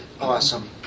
awesome